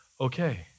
okay